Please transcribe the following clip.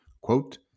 Quote